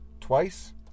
twice